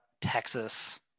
Texas